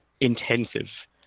intensive